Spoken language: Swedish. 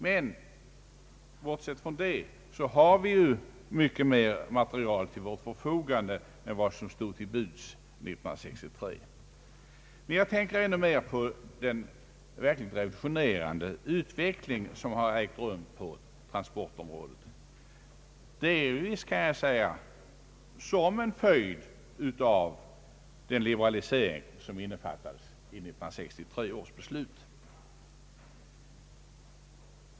Men bortsett därifrån har vi mycket mer material till vårt förfogande nu än som stod till buds 1963. Jag tänker emellertid ännu mer på den verkligt revolutionerande utveckling som har ägt rum på det praktiska transportområdet, delvis, kan vi säga, som en följd av den liberalisering som innefattas i 1963 års beslut.